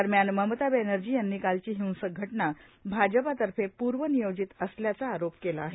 दरम्यान ममता बॅनर्जी यांनी कालची हिंसक घटना भाजपातर्फे पूर्व नियोजित असल्याचं आरोप केलं आहे